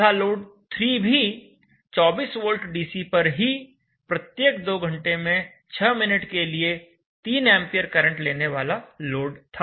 तथा लोड 3 भी 24 V DC पर ही प्रत्येक 2 घंटे में 6 मिनट के लिए 3 A करंट लेने वाला लोड था